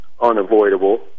unavoidable